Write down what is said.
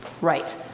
Right